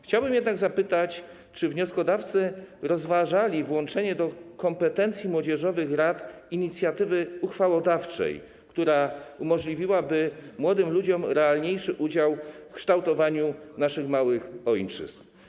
Chciałbym jednak zapytać, czy wnioskodawcy rozważali włączenie do kompetencji młodzieżowych rad inicjatywy uchwałodawczej, która umożliwiłaby młodym ludziom realniejszy udział w kształtowaniu naszych małych ojczyzn?